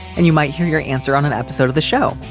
and you might hear your answer on an episode of the show.